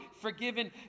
forgiven